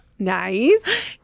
nice